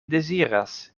deziras